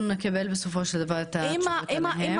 נקבל בסופו של דבר את התשובות עליהן.